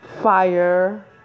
fire